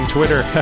Twitter